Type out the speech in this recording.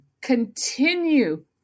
continue